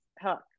hook